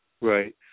Right